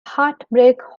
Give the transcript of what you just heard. heartbreak